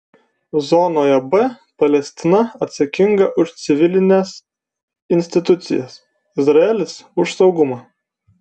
zonoje b palestina atsakinga už civilines institucijas izraelis už saugumą